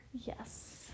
yes